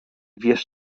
wiesz